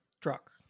truck